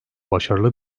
başarılı